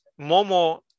momo